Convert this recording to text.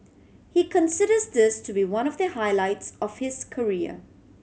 he considers this to be one of the highlights of his career